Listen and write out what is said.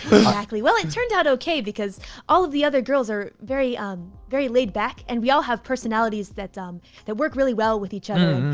exactly, well, it turned out okay because all of the other girls are very um very laid back and we all have personalities that um that work really well with each other.